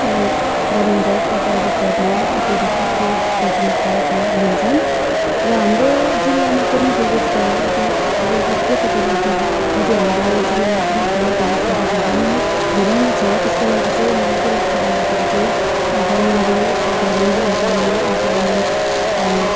government job र private जबमा त्यो डिफ् त्यो प्राथमिकता पाउ लिन्छन् र हाम्रो जिल्लामा पनि बेरोजगार बेरोज बेरोज तपाईँले आफ्नो हजुर हाम्रो जिल्लामा पनि एकदमै बेरोजगारी धेरै नै धेरै नै छ त्यसको लागि चाहिँ मलाई के लाग्छ भन्दाखेरि चाहिँ गभर्मेन्टले एउटा राम्रो इम्प्लाइमेन्ट इम्प्लोइमेन्ट